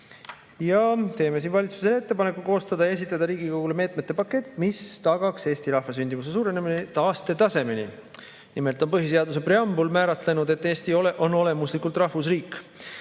Teeme valitsusele ettepaneku koostada ja esitada Riigikogule meetmete pakett, mis tagaks eesti rahva sündimuse suurenemise taastetasemeni. Nimelt on põhiseaduse preambul määratlenud, et Eesti on olemuslikult rahvusriik.